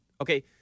Okay